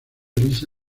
lisa